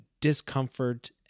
discomfort